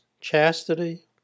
chastity